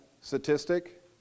statistic